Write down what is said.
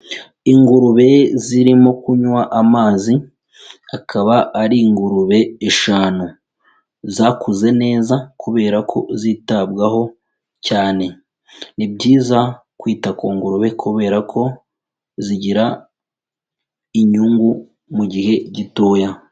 Ingurube zirimo kunywa amazi akaba ari ingurube eshanu zakuze neza kubera ko zitabwaho cyane, ni byiza kwita ku ngurube kubera ko zigira inyungu mu gihe gitoya.